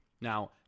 Now